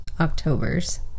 Octobers